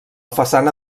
façana